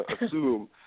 assume